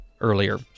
earlier